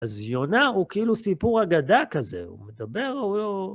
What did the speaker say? אז יונה הוא כאילו סיפור אגדה כזה, הוא מדבר הוא לא.